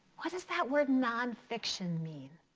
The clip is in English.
what does that word non-fiction mean?